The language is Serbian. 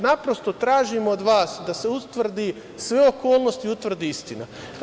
Naprosto, tražimo od vas da se utvrde sve okolnosti i da se utvrdi istina.